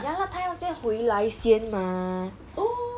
ya lah 他要先回来先吗